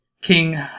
king